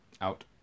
Out